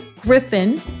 Griffin